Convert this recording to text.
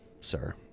sir